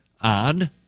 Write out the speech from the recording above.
on